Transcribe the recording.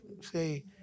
say